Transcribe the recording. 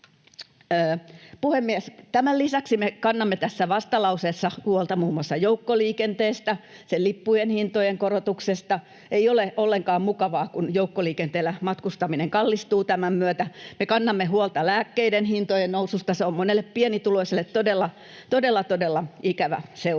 Tämän lisäksi me kannamme tässä vastalauseessa huolta muun muassa joukkoliikenteestä, sen lippujen hintojen korotuksesta. Ei ole ollenkaan mukavaa, kun joukkoliikenteellä matkustaminen kallistuu tämän myötä. Me kannamme huolta lääkkeiden hintojen noususta, se on monelle pienituloiselle todella ikävä seuraus.